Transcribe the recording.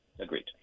Agreed